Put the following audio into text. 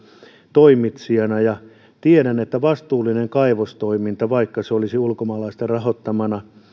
toimitsijana ja tiedän että vastuullinen kaivostoiminta vaikka se olisi ulkomaalaisten rahoittamaa